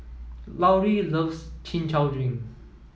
Lauri loves chin chow drink